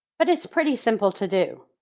but it's pretty simple to do.